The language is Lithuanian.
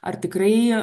ar tikrai